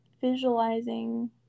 visualizing